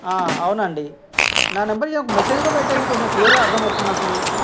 అవునండి నా నెంబర్కి మెసేజ్ కూడా పెట్టండి కొంచెం క్లియర్గా అర్థమవుతుంది నాకు